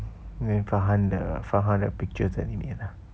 then 放他的放他的 picture 在里面 ah